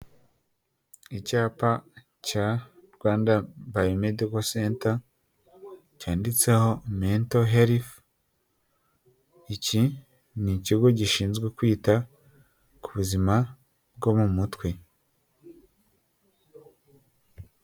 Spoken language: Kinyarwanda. Icyapa cya Rwanda Bayomediko Senta, cyanditseho Mento herifu. Iki ni ikigo gishinzwe kwita ku buzima bwo mu mutwe.